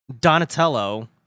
Donatello